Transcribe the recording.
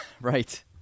right